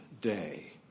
day